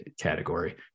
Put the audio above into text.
category